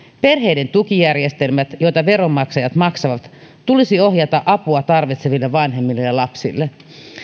perheiden tukijärjestelmät joita veronmaksajat maksavat tulisi ohjata apua tarvitseville vanhemmille ja lapsille